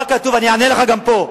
אני אענה לך גם פה,